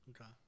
Okay